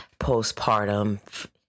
postpartum